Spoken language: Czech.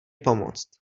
pomoct